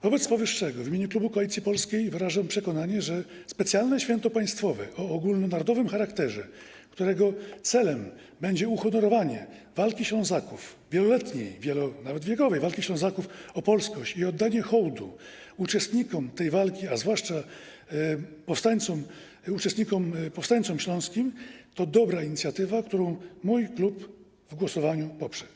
Wobec powyższego w imieniu klubu Koalicji Polskiej wyrażam przekonanie, że specjalne święto państwowe o ogólnonarodowym charakterze, którego celem będzie uhonorowanie wieloletniej, a nawet wielowiekowej, walki Ślązaków o polskość i oddanie hołdu uczestnikom tej walki, zwłaszcza powstańcom śląskim, to dobra inicjatywa, którą mój klub w głosowaniu poprze.